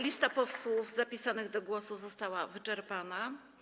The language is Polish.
Lista posłów zapisanych do głosu została wyczerpana.